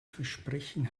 versprechen